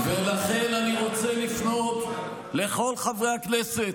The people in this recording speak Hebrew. ולכן אני רוצה לפנות לכל חברי הכנסת,